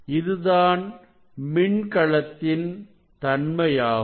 இதுதான் மின்கலத்தின் தன்மையாகும்